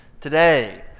today